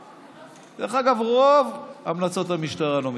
דרך אגב, רוב המלצות המשטרה לא מתקבלות.